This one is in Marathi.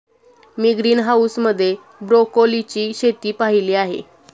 मी ग्रीनहाऊस मध्ये ब्रोकोलीची शेती पाहीली आहे